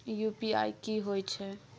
UPI की होय छै?